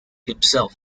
himself